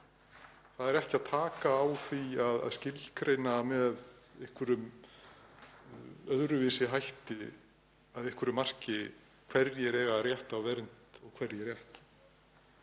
Það er ekki að taka á því að skilgreina með einhverjum öðruvísi hætti að einhverju marki hverjir eigi rétt á vernd og hverjir ekki,